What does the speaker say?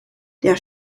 der